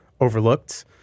overlooked